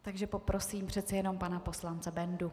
Takže poprosím přece jenom pana poslance Bendu.